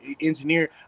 engineer